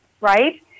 right